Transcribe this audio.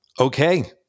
okay